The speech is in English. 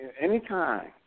Anytime